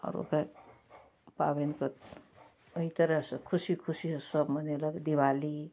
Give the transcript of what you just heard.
आब ओकर पाबनि सब एहि तरह सऽ खुशी खुशी सब मनेलक दीवाली